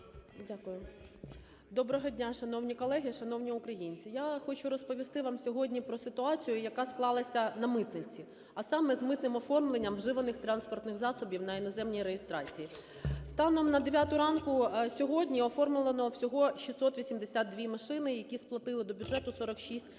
Дякую. Доброго дня, шановні колеги, шановні українці. Я хочу розповісти вам сьогодні про ситуацію, яка склалася на митниці, а саме з митним оформленням вживаних транспортних засобів на іноземній реєстрації. Станом на 9 ранку сьогодні оформлено всього 682 машини, які сплатили до бюджету 46 мільйонів